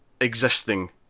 existing